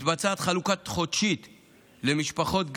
מתבצעת חלוקה חודשית למשפחות,